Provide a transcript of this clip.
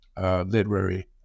literary